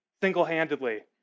single-handedly